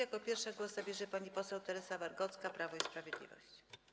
Jako pierwsza głos zabierze pani poseł Teresa Wargocka, Prawo i Sprawiedliwość.